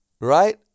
right